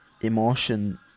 emotion